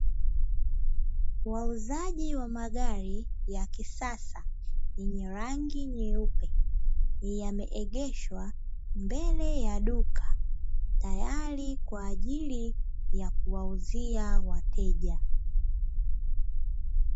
Wauzaji wa magari ya kisasa yenye rangi nyeupe, yameegeshwa mbele ya duka, tayari kwa ajili ya kuwauzia wateja.